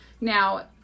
Now